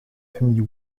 famille